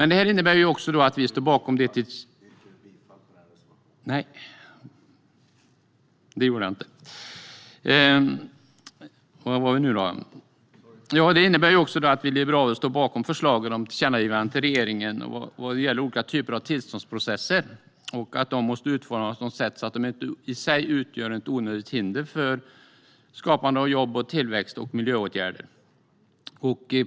Detta innebär att vi liberaler står bakom förslaget om att rikta ett tillkännagivande till regeringen vad gäller olika typer av tillståndsprocesser. Dessa processer måste utformas på ett sådant sätt att de inte i sig utgör ett onödigt hinder för skapande av jobb och tillväxt samt för miljöåtgärder.